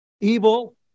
Evil